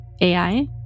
AI